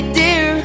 dear